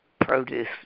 produce